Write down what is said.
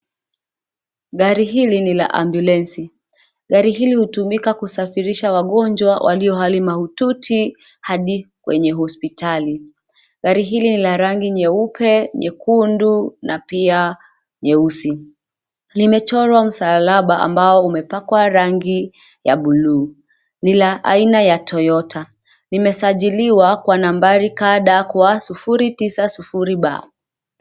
Gari hili ni la ambulensi. Gari hili hutumika kusafirisha wagonjwa walio hali mahututi hadi kwenye hospitali. Gari hili ni la rangi nyeupe, nyekundu, na pia nyeusi. Limechorwa msalaba ambao umepakwa rangi ya bluu. Ni la aina ya Toyota . Limesajiliwa kwa nambari KDQ 090B.